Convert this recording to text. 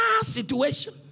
situation